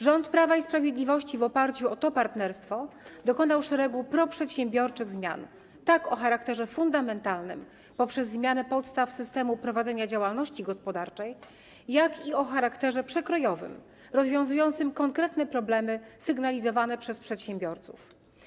Rząd Prawa i Sprawiedliwości w oparciu o to partnerstwo dokonał szeregu proprzedsiębiorczych zmian zarówno o charakterze fundamentalnym - poprzez zmianę podstaw systemu prowadzenia działalności gospodarczej - jak i o charakterze przekrojowym, rozwiązujących konkretne problemy sygnalizowane przez przedsiębiorców.